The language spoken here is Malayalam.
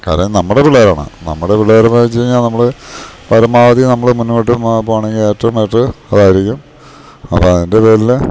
കാര്യം നമ്മുടെ പിള്ളേരാണ് നമ്മുടെ പിള്ളേരന്ന്ച്ച്ഴിഞ്ഞാ നമ്മൾ പരമാവധി നമ്മൾ മുന്നോട്ട് പോകണം എങ്കിൽ ഏറ്റോം ബെറ്റർ അതായിരിക്കും അപ്പം അതിൻ്റെ പേരിൽ